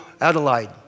Adelaide